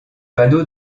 panneaux